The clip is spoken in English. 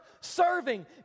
serving